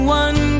one